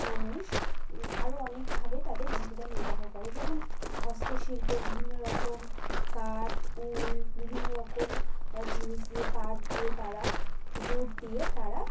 মানুষ আরো অনেকভাবে তাদের জীবিকা নির্বাহ করে যেমন হস্তশিল্প বিভিন্ন রকম কার্ড উল বিভিন্ন রকম জিনিস দিয়ে পাট দিয়ে তারা জুট দিয়ে তারা